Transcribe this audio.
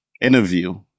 interview